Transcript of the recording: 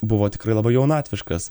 buvo tikrai labai jaunatviškas